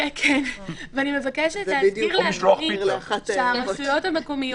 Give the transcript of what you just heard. מבקשת להזכיר לאדוני שהרשויות המקומיות,